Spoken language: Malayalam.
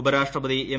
ഉപരാഷ്ട്രപതി എം